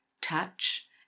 touch